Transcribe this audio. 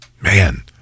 Man